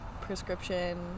prescription